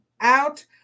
out